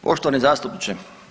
Poštovani zastupniče.